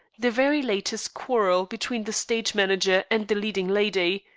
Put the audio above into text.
the very latest quarrel between the stage-manager and the leading lady.